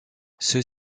ceux